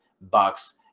bucks